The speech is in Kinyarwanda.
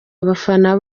abafana